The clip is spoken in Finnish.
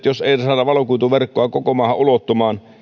jos ei esimerkiksi saada valokuituverkkoa koko maahan ulottumaan